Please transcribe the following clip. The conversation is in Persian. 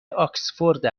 آکسفورد